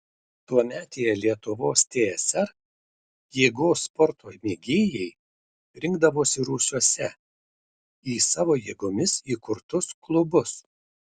tuometėje lietuvos tsr jėgos sporto mėgėjai rinkdavosi rūsiuose į savo jėgomis įkurtus klubus